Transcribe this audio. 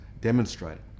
demonstrated